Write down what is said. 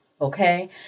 Okay